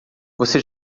você